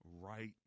right